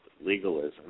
legalism